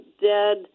dead